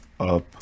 up